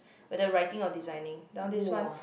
with the writing or designing now this one